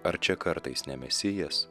ar čia kartais ne mesijas